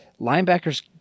Linebackers